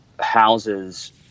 houses